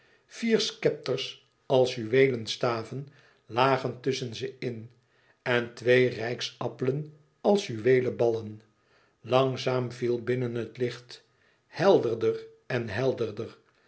vier scepters als juweelen staven lagen tusschen ze in en twee rijksappelen als juweelen ballen langzaam viel binnen het licht helderder en helderder